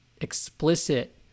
explicit